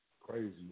crazy